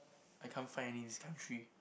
I can't find any in this country